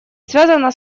связано